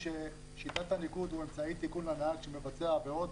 שיטת הניקוד היא אמצעי תיקון לנהג שמבצע עבירות.